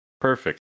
Perfect